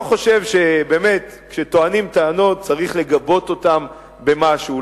באמת, כשטוענים טענות צריך לגבות אותן במשהו.